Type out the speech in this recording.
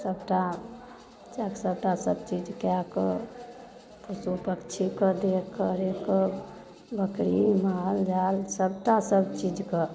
सबटा सब सबटा चीज कए कऽ पशु पक्षीके देखके रेखके बकरी माल जाल सबटा सब चीज कऽ